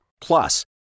Plus